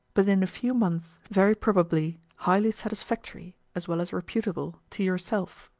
but in a few months, very probably, highly satisfactory, as well as reputable, to yourself.